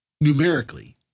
numerically